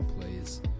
plays